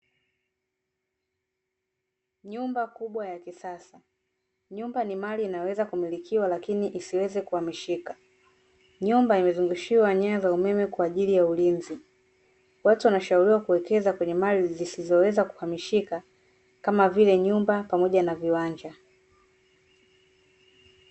Nyumba kubwa ya kisasa. Nyumba ni mali inaweza kumilikiwa lakini isiweze kuhamishika. Nyumba imezungushiwa nyaya za umeme kwa ajili ya ulinzi. Watu wanashauriwa kuwekeza kwenye mali zisizoweza kuhamishika kama vile nyumba pamoja na viwanja.